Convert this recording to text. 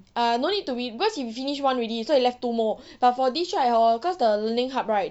err no need to redo cause he finish one already so left two more but for this right hor cause the link hub right